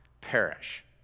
perish